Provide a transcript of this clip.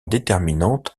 déterminante